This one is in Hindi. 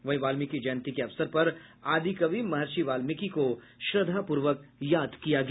वहीं वाल्मिकी जयंती के अवसर पर आदि कवि महर्षि वाल्मिकी को श्रद्धापूर्वक याद किया गया